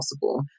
possible